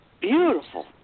beautiful